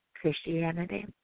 Christianity